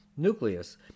nucleus